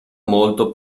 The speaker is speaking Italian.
molto